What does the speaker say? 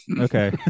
Okay